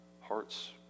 hearts